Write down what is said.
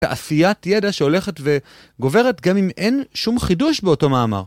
תעשיית ידע שהולכת וגוברת גם אם אין שום חידוש באותו מאמר.